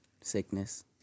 Sickness